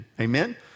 Amen